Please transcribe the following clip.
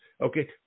okay